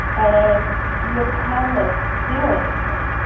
and you're powerless to do anything.